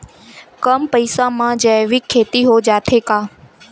कम पईसा मा जैविक खेती हो जाथे का?